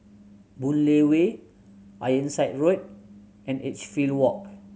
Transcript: Boon Lay Way Ironside Road and Edgefield Walk